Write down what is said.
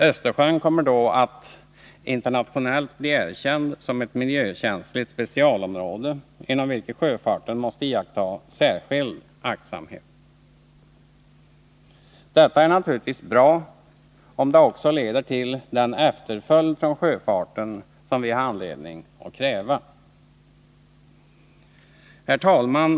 Östersjön kommer då att internationellt bli erkänd som ett miljökänsligt specialområde, inom vilket sjöfarten måste iaktta särskild aktsamhet. Detta är naturligtvis bra om det också leder till den efterföljd från sjöfarten som vi har anledning att kräva. Herr talman!